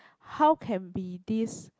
how can be this